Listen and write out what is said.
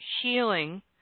healing